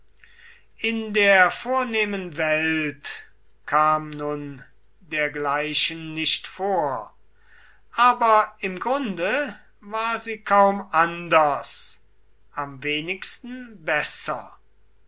in der vornehmen welt kam nun dergleichen nicht vor aber im grunde war sie kaum anders am wenigsten besser